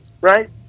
right